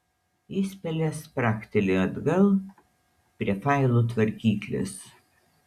jis pele spragtelėjo atgal prie failų tvarkyklės